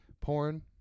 porn